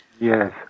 Yes